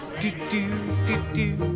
Do-do-do-do